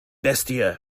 bestie